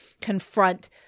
confront